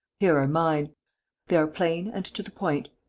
here are mine they are plain and to the point.